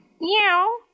Meow